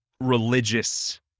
religious